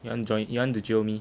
you want join you want to jio me